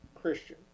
christian